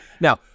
Now